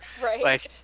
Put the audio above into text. Right